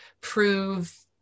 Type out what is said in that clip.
prove